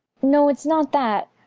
no, it's not that.